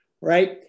Right